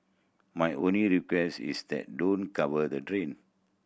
my only request is that don't cover the drain